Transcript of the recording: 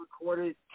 recorded